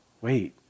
wait